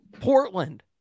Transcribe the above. Portland